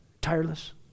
tireless